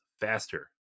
faster